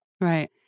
Right